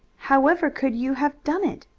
however could you have done it?